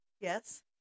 Yes